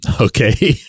Okay